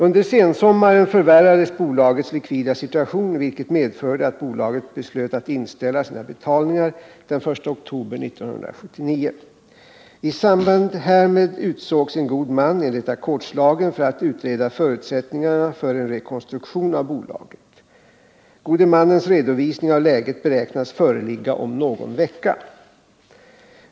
Under sensommaren förvärrades bolagets likvida situation, vilket medförde att bolaget beslöt att inställa sina betalningar den 1 oktober 1979. I samband härmed utsågs en god man enligt ackordslagen för att utreda förutsättningarna för en rekonstruktion av bolaget. Gode mannens redovisning av läget beräknas föreligga om någon vecka.